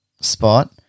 spot